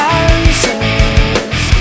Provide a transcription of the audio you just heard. answers